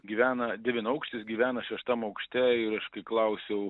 gyvena devynaukštis gyvena šeštam aukšte ir aš kai klausiau